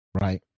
Right